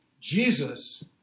Jesus